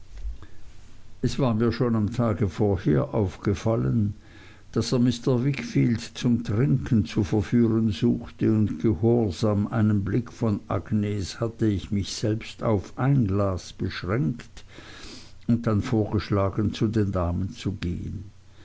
es war mir schon am tag vorher aufgefallen daß er mr wickfield zum trinken zu verführen suchte und gehorsam einem blick von agnes hatte ich mich selbst auf ein glas beschränkt und dann vorgeschlagen zu den damen zu gehen